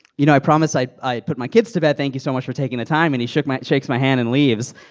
you know, i promised i'd i'd put my kids to bed. thank you so much for taking the time. and he shook my shakes my hand and leaves.